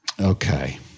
okay